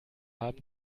haben